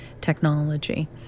technology